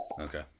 Okay